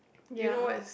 ya